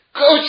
go